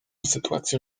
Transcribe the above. sytuacje